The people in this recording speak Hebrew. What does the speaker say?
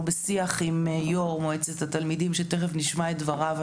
אנחנו בשיח עם יושב ראש מועצת התלמידים שתכף נשמע את דבריו.